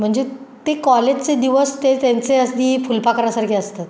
म्हणजे ते कॉलेजचे दिवस ते त्यांचे अगदी फुलपाखरासारखे असतात